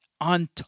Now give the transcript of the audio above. on